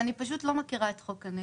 אני פשוט לא מכירה את חוק הנגב.